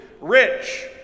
rich